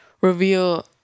reveal